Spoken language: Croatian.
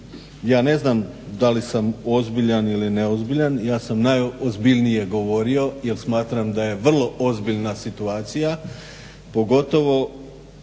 ja ne znam da li sam ozbiljan ili neozbiljan, ja sam najozbiljnije govorio jel smatram da je vrlo ozbiljna situacija pogotovo